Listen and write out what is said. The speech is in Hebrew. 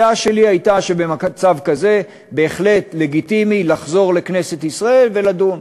הדעה שלי הייתה שבמצב כזה בהחלט לגיטימי לחזור לכנסת ישראל ולדון.